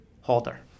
holder